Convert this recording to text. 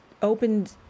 opened